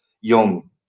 young